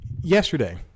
yesterday